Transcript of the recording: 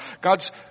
God's